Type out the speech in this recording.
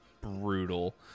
brutal